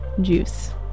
juice